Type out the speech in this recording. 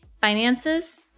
finances